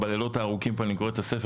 בלילות הארוכים כאן אני קורא את הספר